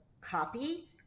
copy